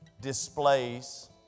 displays